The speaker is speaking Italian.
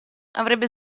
avrebbe